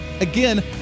Again